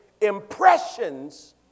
impressions